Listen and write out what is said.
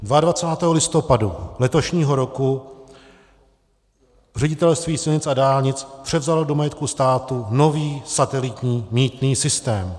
22. listopadu letošního roku Ředitelství silnic a dálnic převzalo do majetku státu nový satelitní mýtný systém.